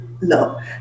love